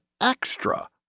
extra